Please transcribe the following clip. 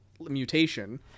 mutation